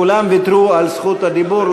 כולם ויתרו על זכות הדיבור,